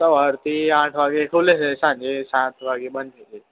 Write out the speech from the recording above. સવારથી આઠ વાગે ખૂલે છે સાંજે સાત વાગે બંધ થઇ જાય